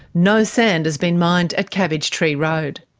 no sand has been mined at cabbage tree road.